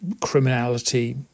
criminality